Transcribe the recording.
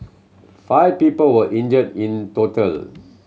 five people were injured in total